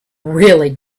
really